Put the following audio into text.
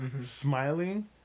smiling